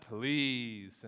please